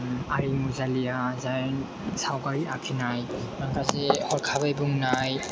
आरिमु जालिया जाय सावगारि आखिनाय माखासे हरखाबै बुंनाय